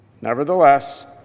Nevertheless